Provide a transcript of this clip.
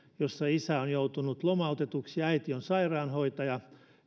jossa isä on joutunut lomautetuksi ja äiti on sairaanhoitaja